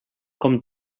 com